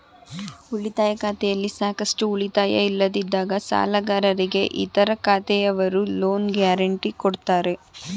ಉಳಿತಾಯ ಖಾತೆಯಲ್ಲಿ ಸಾಕಷ್ಟು ಉಳಿತಾಯ ಇಲ್ಲದಿದ್ದಾಗ ಸಾಲಗಾರರಿಗೆ ಇತರ ಖಾತೆಯವರು ಲೋನ್ ಗ್ಯಾರೆಂಟಿ ಕೊಡ್ತಾರೆ